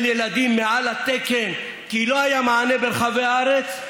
ילדים מעל התקן כי לא היה מענה ברחבי הארץ?